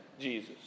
Jesus